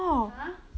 !huh!